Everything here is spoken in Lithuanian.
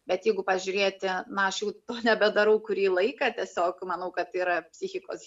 bet jeigu pažiūrėti na aš jau to nebedarau kurį laiką tiesiog manau kad tai yra psichikos